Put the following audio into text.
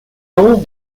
don